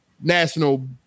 National